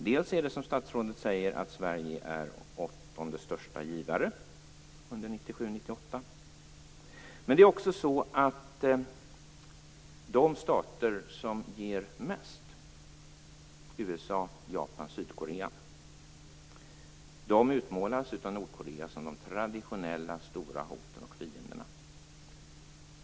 Dels är Sverige, som statsrådet sade, den åttonde största givaren under 1997-98, dels utmålas de stater som ger mest, USA, Japan och Sydkorea, av Nordkorea som de traditionellt stora hoten och fienderna.